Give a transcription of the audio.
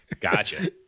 Gotcha